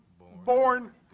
born